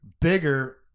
Bigger